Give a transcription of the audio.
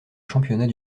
championnat